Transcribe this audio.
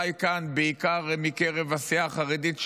אולי כאן בעיקר מקרב הסיעה החרדית ש"ס,